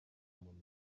monusco